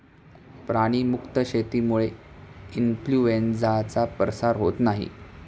प्राणी मुक्त शेतीमुळे इन्फ्लूएन्झाचा प्रसार होत नाही